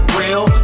real